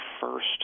first